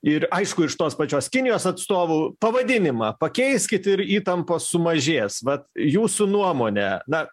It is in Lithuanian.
ir aišku iš tos pačios kinijos atstovų pavadinimą pakeiskit ir įtampos sumažės vat jūsų nuomone na